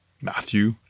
Matthew